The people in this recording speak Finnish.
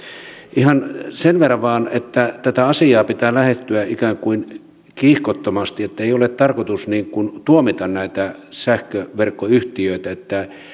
ihan sen verran vain että tätä asiaa pitää lähestyä ikään kuin kiihkottomasti että ei ole tarkoitus tuomita näitä sähköverkkoyhtiöitä